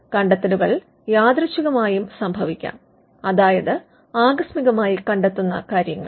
കണ്ടെത്തലുകൾ യാദൃശ്ചികമായും സംഭവിക്കാം അതായത് ആകസ്മികമായി കണ്ടെത്തുന്ന കാര്യങ്ങൾ